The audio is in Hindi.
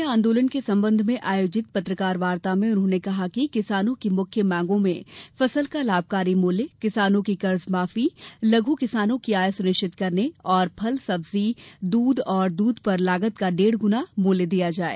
भोपाल में आंदोलन के संबंध में आयोजित पत्रकार वार्ता में उन्होंने कहा कि किसानों की मुख्य मांगों में फसल का लाभकारी मूल्य किसानों की कर्ज माफी लघु किसानों की आय सुनिश्चित करने और फल सब्जी और दूध और दूध पर लागत का डेढ़ गुना मूल्य दिया जाये